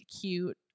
cute